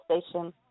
station